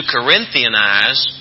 Corinthianize